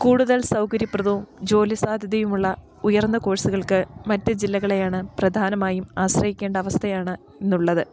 കൂടുതൽ സൗകര്യപ്രദവും ജോലി സാധ്യതയുമുള്ള ഉയർന്ന കോഴ്സുകൾക്ക് മറ്റ് ജില്ലകളെയാണ് പ്രധാനമായും ആശ്രയിക്കേണ്ടവസ്ഥയാണ് ഇന്നുള്ളത്